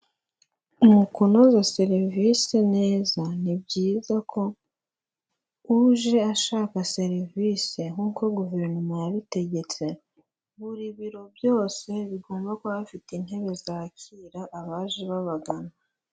Mu kunoza serivisi neza, ni byiza ko uje ashaka serivisi nkuko guverinoma yabitegetse, buri biro byose bigomba kuba bifite intebe zakira abaje babagana.